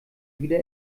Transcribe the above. wieder